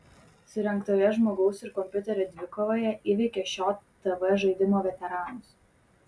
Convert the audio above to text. surengtoje žmogaus ir kompiuterio dvikovoje įveikė šio tv žaidimo veteranus